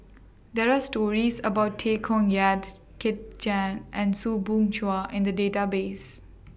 There Are stories about Tay Koh Yat Kit Chan and Soo Bin Chua in The Database